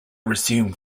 resume